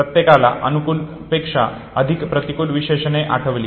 प्रत्येकाला अनुकूल पेक्षा अधिक प्रतिकूल विशेषणे आठवली